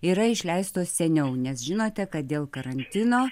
yra išleistos seniau nes žinote kad dėl karantino